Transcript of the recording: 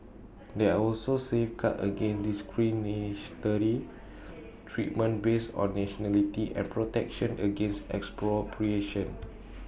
there are also safeguards against discriminatory treatment based on nationality and protection against expropriation